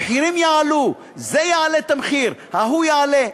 המחירים יעלו, זה יעלה את המחיר, ההוא יעלה.